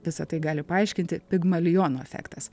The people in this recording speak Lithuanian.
visa tai gali paaiškinti pigmaliono efektas